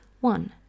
one